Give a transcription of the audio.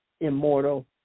immortal